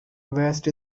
west